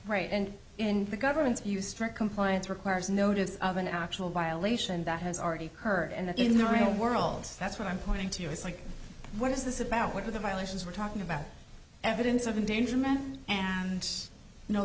right and in the government's view strict compliance requires notice of an actual violation that has already occurred and that in the real world that's what i'm pointing to is like what is this about what are the violations we're talking about evidence of endan